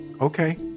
Okay